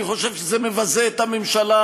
אני חושב שזה מבזה את הממשלה,